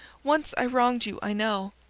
once i wronged you, i know.